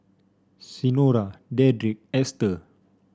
Senora Dedrick Ester